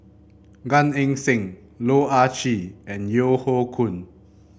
Gan Eng Seng Loh Ah Chee and Yeo Hoe Koon